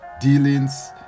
dealings